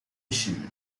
issued